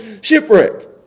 shipwreck